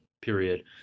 period